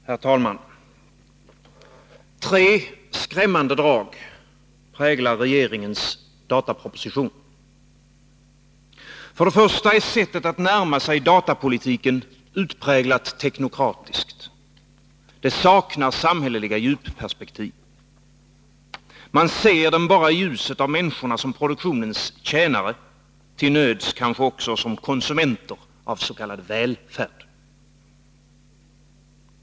Herr talman! Tre skrämmande drag präglar regeringens dataproposition. För det första är sättet att närma sig datapolitiken utpräglat teknokratiskt — det saknar samhälleliga djupperspektiv. Man ser datapolitiken bara i ljuset av människorna som produktionens tjänare, till nöds också som konsumenter av s.k. välfärd.